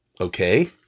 okay